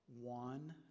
One